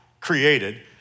created